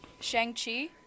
Shang-Chi